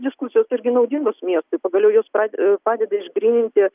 diskusijos irgi naudingos miestui pagaliau jos prade padeda išgryninti